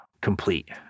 complete